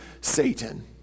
Satan